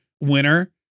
winner